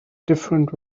different